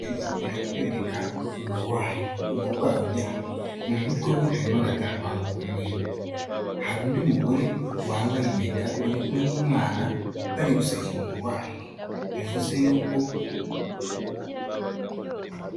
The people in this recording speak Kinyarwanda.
Iratwereka umurwayi, umurwayi uryamye mu mutwe we harimo agatabaro k'umweru hari undi mugore wambaye impeta uri kumwe n'umwana bari gusekera umurwayi bivuze yuko.